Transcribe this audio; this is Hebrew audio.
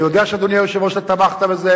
אני יודע שאדוני היושב-ראש, אתה תמכת בזה,